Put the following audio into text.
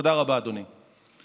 תודה רבה, אדוני.